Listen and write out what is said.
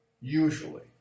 usually